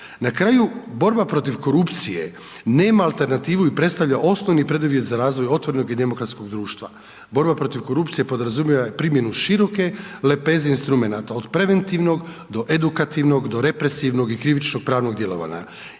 Na kraju, borba protiv korupcije, nema alternativu i predstavlja osnovni preduvjet za razvoj otvorenog i demokratskog društva. Borba protiv korupcije, podrazumijeva primjenu široke lepeze instrumenata, od preventivnog do edukativnog, do represivnog i krivičnog pravnog djelovanja.